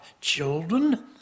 children